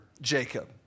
Jacob